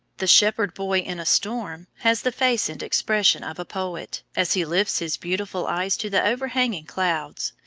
the shepherd boy in a storm has the face and expression of a poet, as he lifts his beautiful eyes to the overhanging clouds,